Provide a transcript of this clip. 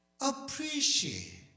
Appreciate